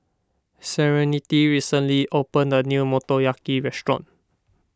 Serenity recently opened a new Motoyaki restaurant